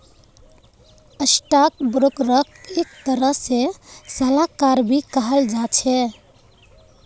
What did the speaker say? stock ब्रोकरक एक तरह से सलाहकार भी कहाल जा छे